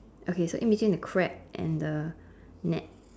okay so in between the crab and the net